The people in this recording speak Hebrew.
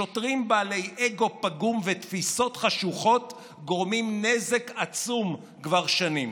שוטרים בעלי אגו פגום ותפיסות חשוכות גורמים נזק עצום כבר שנים.